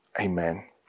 Amen